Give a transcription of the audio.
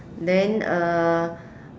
then uh